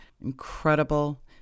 incredible